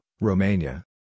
Romania